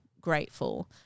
grateful